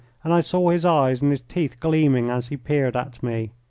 and i saw his eyes and his teeth gleaming as he peered at me.